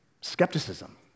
skepticism